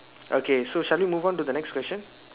okay so shall we move on to the next question